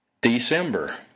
December